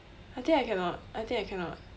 I think I cannot I think I cannot